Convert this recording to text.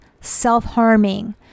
self-harming